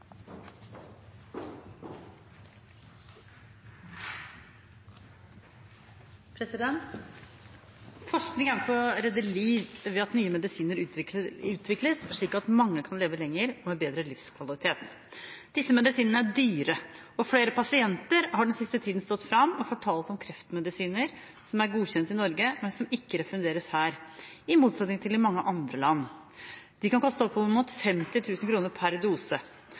med bedre livskvalitet. Disse medisinene er dyre, og flere pasienter har i den siste tiden stått fram og fortalt om kreftmedisiner som er godkjente i Norge, men som ikke refunderes her, i motsetning til i mange andre land. De kan koste opp mot 50 000 kroner per dose.